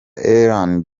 ellen